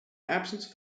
absence